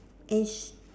is